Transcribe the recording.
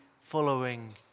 following